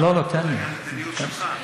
אתה יכול להחליט על מדיניות שלך.